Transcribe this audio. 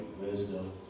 wisdom